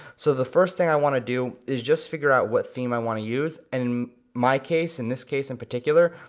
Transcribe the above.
so the first thing i wanna do is just figure out what theme i wanna use, and in my case, in this case in particular,